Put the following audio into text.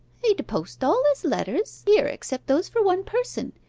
he d post all his letters here except those for one person,